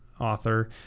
author